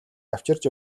авчирч